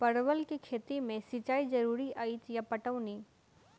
परवल केँ खेती मे सिंचाई जरूरी अछि या पटौनी?